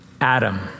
Adam